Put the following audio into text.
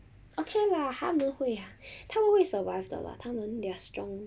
okay lah 他们会 ah 他们会 survive 的啦他们 their strong